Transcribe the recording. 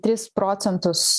tris procentus